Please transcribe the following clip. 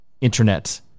internet